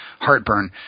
heartburn